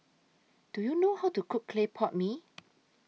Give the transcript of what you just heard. Do YOU know How to Cook Clay Pot Mee